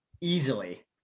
easily